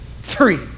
three